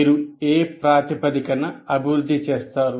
మీరు ఏ ప్రాతిపదికన అభివృద్ధి చేస్తారు